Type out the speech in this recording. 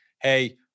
Hey